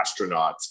astronauts